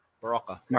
Baraka